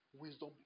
wisdom